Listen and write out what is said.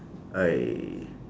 I